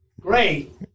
Great